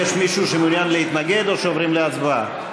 יש מישהו שמעוניין להתנגד או שעוברים להצבעה?